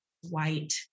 white